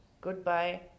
Goodbye